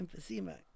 emphysema